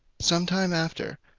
some time after,